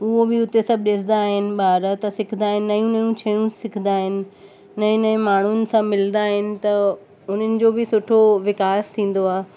उहो बि उते सभु ॾिसंदा आहिनि ॿार त सिखंदा आहिनि नयू नयू शयूं सिखदा आहिनि नए नए माण्हूनि सां मिलंदा आहिनि त उन्हनि जो बि सुठो विकास थींदो आहे